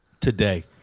Today